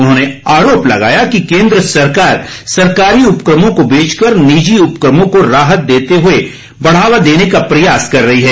उन्होंने आरोप लगाया कि केंद्र सरकार सरकारी उपक्रमों को बेचकर निजी उपक्रमों को राहत देते हुए उन्होंने बढ़ावा देने का प्रयास कर रही है